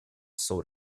sold